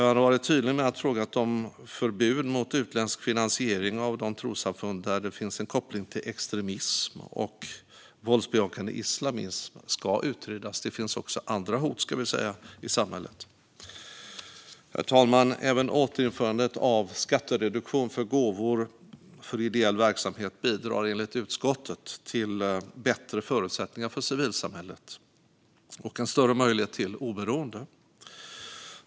Man har varit tydlig med att frågan om förbud mot utländsk finansiering av de trossamfund där det finns en koppling till extremism och våldsbejakande islamism ska utredas. Det finns också andra hot i samhället, ska vi säga. Herr talman! Även återinförandet av skattereduktion för gåvor till ideell verksamhet bidrar enligt utskottet till bättre förutsättningar för civilsamhället och ger större möjligheter till oberoende.